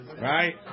Right